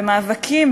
במאבקים,